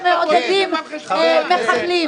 אתם מעודדים מחבלים.